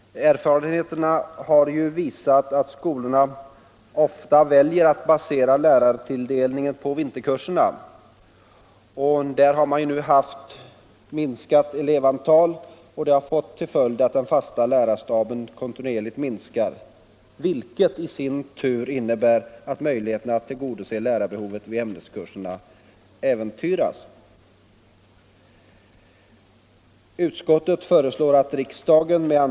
Erfarenheten har visat att skolorna ofta väljer att basera lärartilldelningen på vinterkurserna, och vid dem har man nu haft minskat elevantal, vilket fått till följd att den fasta lärarstaben kontinuerligt minskar. Detta innebär i sin tur att möjligheterna att tillgodose lärarbehovet vid ämneskurserna äventyras.